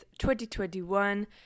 2021